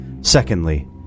Secondly